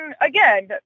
again